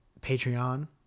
Patreon